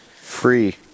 free